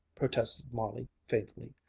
protested molly faintly,